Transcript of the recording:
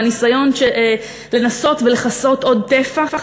בניסיון לנסות ולכסות עוד טפח,